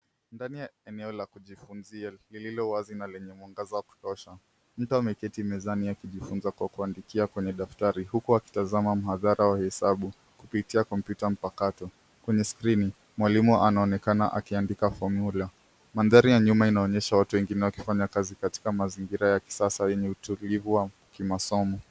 Ndani ya eneo la kujifunzia lililo wazi na lenye mwangaza wa kutosha, mtu ameketi mezani akijifunza kwa kuandikia kwa daftari huku akitazama mhadhara wa hesabu kupitia kompyuta mpakato. Kwenye skrini, mwalimu anaonekana akiandika fomyula. Mandhari ya nyuma inaonyesha watu wengine wakifanya kazi katika mazingira ya kisasa yenye utulivu wa masomo.